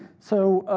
so,